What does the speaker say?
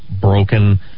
broken